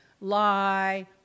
lie